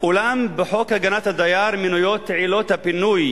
אולם בחוק הגנת הדייר מנויות עילות הפינוי